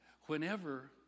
whenever